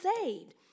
saved